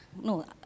no